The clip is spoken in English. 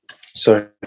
Sorry